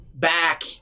Back